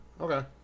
Okay